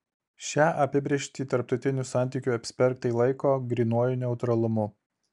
šią apibrėžtį tarptautinių santykių ekspertai laiko grynuoju neutralumu